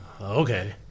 okay